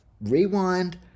rewind